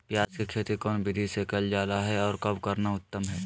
प्याज के खेती कौन विधि से कैल जा है, और कब करना उत्तम है?